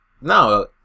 No